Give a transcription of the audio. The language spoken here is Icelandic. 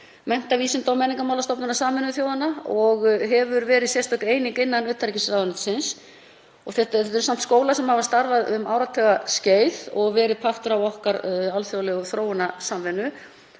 mennta-, vísinda- og menningarmálastofnunar Sameinuðu þjóðanna, og hefur verið sérstök eining innan utanríkisráðuneytisins. Þetta eru samt skólar sem hafa starfað um áratugaskeið og verið partur af okkar alþjóðlegu þróunarsamvinnu.